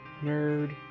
Nerd